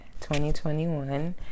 2021